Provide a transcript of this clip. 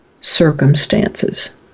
circumstances